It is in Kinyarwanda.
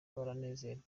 baranezerwa